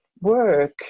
work